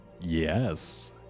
Yes